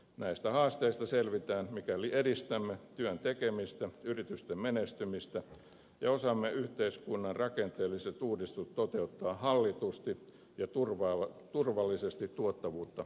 näistä haasteista selvitään mikäli edistämme työn tekemistä ja yritysten menestymistä ja osaamme toteuttaa yhteiskunnan rakenteelliset uudistukset hallitusti ja turvallisesti tuottavuutta kasvattaen